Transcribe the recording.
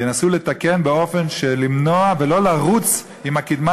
ינסו לתקן באופן של למנוע ולא לרוץ עם הקדמה